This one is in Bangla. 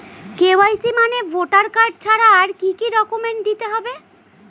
কে.ওয়াই.সি মানে ভোটার কার্ড ছাড়া আর কি কি ডকুমেন্ট দিতে হবে?